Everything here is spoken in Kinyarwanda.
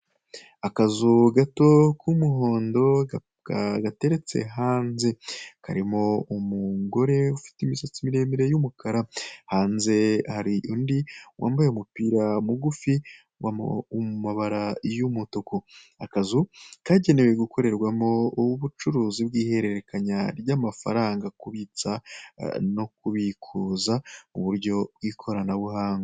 amAkazu gato k'umuhondo gateretse hanze karimo umugore ufite imisatsi miremire y'umukara, hanze hari undi wambaye umupira mugufi wamabara y'umutukuzu kagenewe gukorerwamo ubucuruzi bw'ihererekanya ry'amafaranga kubitsa no kubikuza mu buryo bw'ikoranabuhanga.